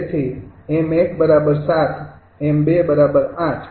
તેથી 𝑚૧ ૭ 𝑚૨ ૮